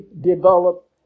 develop